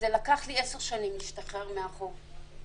לקח לי 10 שנים להשתחרר מהחוב.